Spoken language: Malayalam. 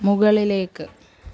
മുകളിലേക്ക്